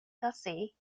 gussie